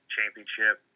Championship